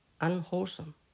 unwholesome